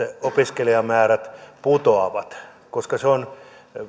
opiskelijamäärät putoavat koska se on